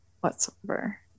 whatsoever